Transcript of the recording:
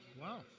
Wow